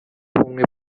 w’ubumwe